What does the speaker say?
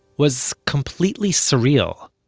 was completely surreal.